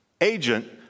agent